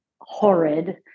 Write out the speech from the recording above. horrid